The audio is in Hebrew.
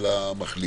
המחלים